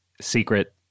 secret